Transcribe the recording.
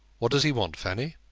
what does he want, fanny?